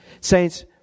Saints